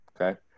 okay